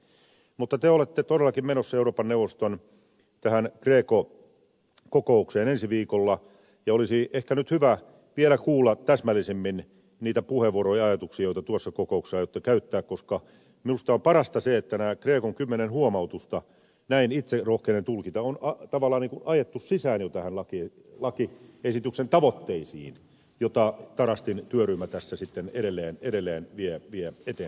mutta te olette todellakin menossa euroopan neuvoston greco kokoukseen ensi viikolla ja olisi ehkä nyt hyvä vielä kuulla täsmällisemmin niitä puheenvuoroja ja ajatuksia joita tuossa kokouksessa aiotte käyttää koska minusta on parasta se että nämä grecon kymmenen huomautusta näin itse rohkenen tulkita on tavallaan ajettu sisään jo tämän lakiesityksen tavoitteisiin jota tarastin työryhmä tässä edelleen vie eteenpäin